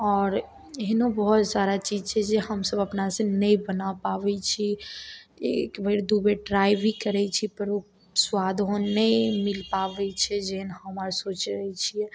आओर एहनो बहुत सारा चीज छै जे हमसब अपनासँ नहि बना पाबय छी एकबेर दू बेर ट्राइ भी करय छी पर वो स्वाद ओहन नहि मिल पाबय छै जेहन हम आर सोचय छियै